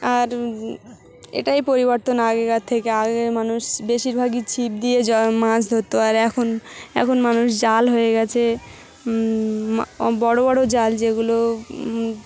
আর এটাই পরিবর্তন আগেকার থেকে আগে মানুষ বেশিরভাগই ছিপ দিয়ে মাছ ধরতো আর এখন এখন মানুষ জাল হয়ে গেছে বড়ো বড়ো জাল যেগুলো